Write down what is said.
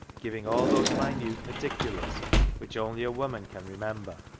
giving all those minute particulars which only a woman can remember,